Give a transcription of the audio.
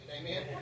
Amen